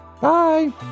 Bye